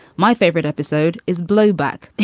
my favorite episode is blowback.